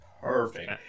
perfect